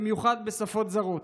במיוחד בשפות זרות.